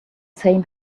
same